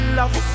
love